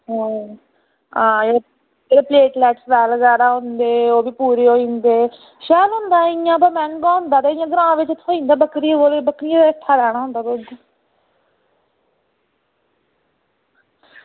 आं फ्लेटस सैल्ल होंदे ओह्बी पूरे होई जंदे शैल होंदा इंया ते मैहंगा होंदा ते ग्रांऽ बिच थ्होई जंदा बक्करियें हेठा लैना होंदा